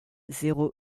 zéro